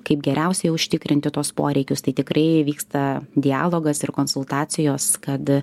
kaip geriausiai užtikrinti tuos poreikius tai tikrai vyksta dialogas ir konsultacijos kad